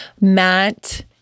Matt